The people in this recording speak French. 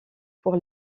pour